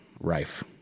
rife